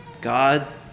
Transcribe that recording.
God